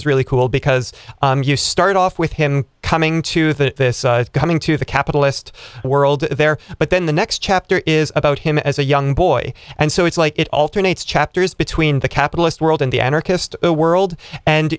is really cool because you start off with him coming to the this coming to the capitalist world there but then the next chapter is about him as a young boy and so it's like it alternates chapters between the capitalist world and the anarchist world and